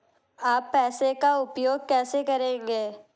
आप पैसे का उपयोग कैसे करेंगे?